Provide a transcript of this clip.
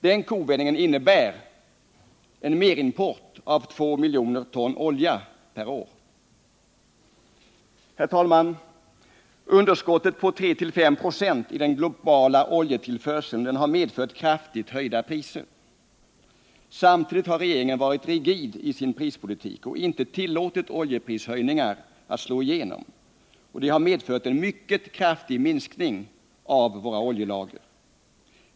Den kovändningen innebar en merimport av 2 miljoner ton olja per år. Herr talman! Underskottet på 3-5 96 i den globala oljetillförseln har medfört kraftigt höjda priser. Samtidigt har regeringen varit rigid i sin prispolitik och inte tillåtit oljeprishöjningarna att slå igenom. Detta har medfört en mycket kraftig minskning i våra oljelager.